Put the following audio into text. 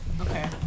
Okay